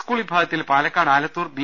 school വിഭാഗത്തിൽ Palakkad Alathur B